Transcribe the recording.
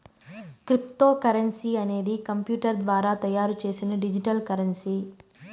cryptocurrency అనేది computer ద్వారా తయారు చేసిన డిజిటల్ కరెన్సీ